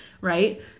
right